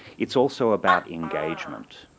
it's also about engagement.